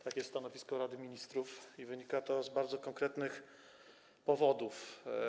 Takie jest stanowisko Rady Ministrów i wynika to z bardzo konkretnych powodów.